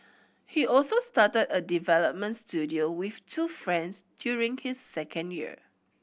he also started a development studio with two friends during his second year